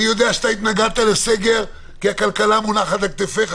אני יודע שהתנגדת לסגר כי הכלכלה מונחת על כתפיך.